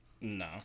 No